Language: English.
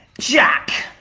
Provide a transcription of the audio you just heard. jack.